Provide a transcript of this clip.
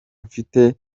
mfite